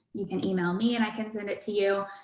you can email me and i can send it to you,